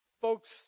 folks